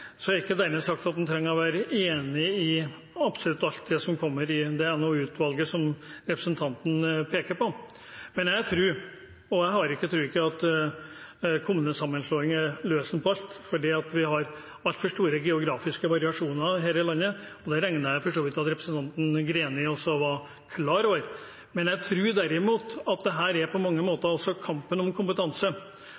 er ikke dermed sagt at man trenger å være enig i absolutt alt det som kommer fra NOU-utvalget som representanten peker på. Jeg tror ikke at kommunesammenslåing er løsningen på alt, for vi har altfor store geografiske variasjoner her i landet, og det regner jeg for så vidt med at Greni også er klar over. Jeg tror derimot at dette på mange måter også er